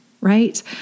right